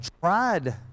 tried